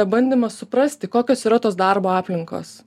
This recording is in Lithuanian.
bandymas suprasti kokios yra tos darbo aplinkos